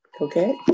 Okay